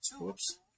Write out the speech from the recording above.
whoops